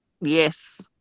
Yes